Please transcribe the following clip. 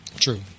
True